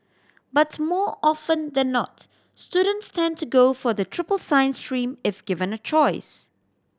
but more often than not students tend to go for the triple science stream if given a choice